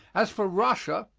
as for russia,